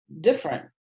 different